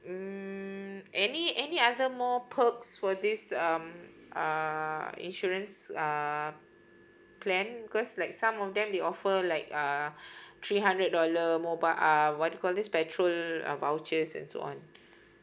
mm any any other more perks for this um uh insurance uh plan because like some of them they offer like uh three hundred dollar mobile uh what they called this petrol uh vouchers and so on